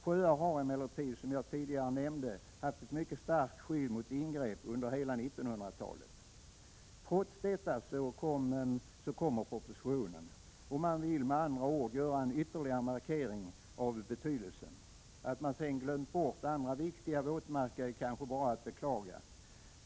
Sjöar har emellertid, som jag tidigare nämnde, haft ett mycket starkt skydd mot ingrepp under hela 1900-talet. Trots detta framläggs propositionen — man vill med andra ord göra en ytterligare markering av betydelsen. Att man sedan glömt bort andra viktiga våtmarker är kanske bara att beklaga.